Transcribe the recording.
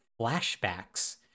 flashbacks